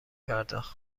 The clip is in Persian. پرداخت